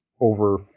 over